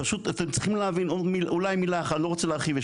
אני לא רוצה להרחיב,